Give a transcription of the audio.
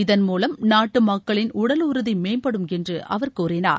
இதன் மூலம் நாட்டு மக்களின் உடல் உறுதி மேம்படும் என்று அவர் கூறினார்